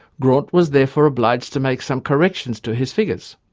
graunt was therefore obliged to make some corrections to his figures.